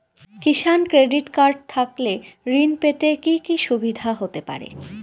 কিষান credit card থাকলে ঋণ পেতে কি কি সুবিধা হতে পারে?